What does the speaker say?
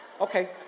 okay